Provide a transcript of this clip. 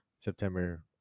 september